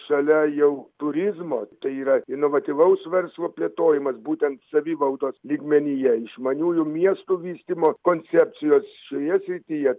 šalia jau turizmo tai yra inovatyvaus verslo plėtojimas būtent savivaldos lygmenyje išmaniųjų miestų vystymo koncepcijos šioje srityje